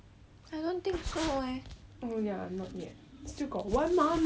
mmhmm